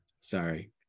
Sorry